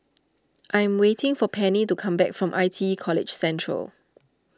I'm waiting for Penny to come back from I T E College Central